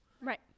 Right